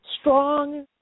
strong